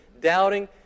doubting